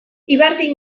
ibardin